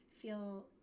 feel